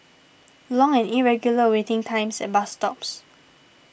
long and irregular waiting times at bus stops